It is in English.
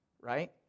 right